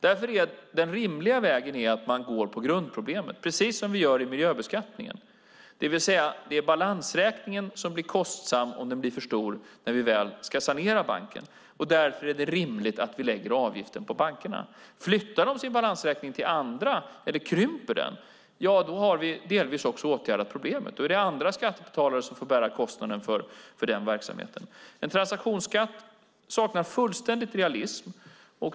Därför är den rimliga vägen att gå på grundproblemet, precis som vi gör i miljöbeskattningen. Det är balansräkningen som blir kostsam om den blir för stor när vi väl ska sanera en bank. Därför är det rimligt att lägga avgiften på bankerna. Flyttar de sin balansräkning till andra eller krymper den har vi delvis åtgärdat problemet. Då är det andra, skattebetalare, som får bära kostnaden för den verksamheten. Detta med en transaktionsskatt saknar fullständigt realism.